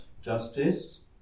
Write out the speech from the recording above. justice